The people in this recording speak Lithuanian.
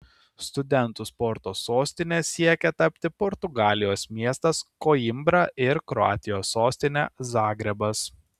studentų sporto sostine siekia tapti portugalijos miestas koimbra ir kroatijos sostinė zagrebas